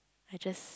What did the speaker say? I just